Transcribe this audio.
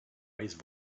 raised